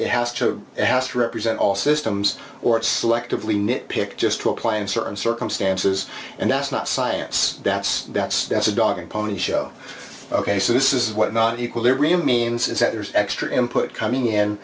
it has to has to represent all systems or it's selectively nit pick just to apply in certain circumstances and that's not science that's that's that's a dog and pony show ok so this is what not equilibrium means is that there's extra input coming in